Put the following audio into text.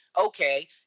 okay